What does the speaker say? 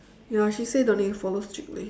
ya she say don't need to follow strictly